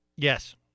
Yes